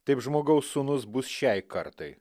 taip žmogaus sūnus bus šiai kartai